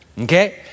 Okay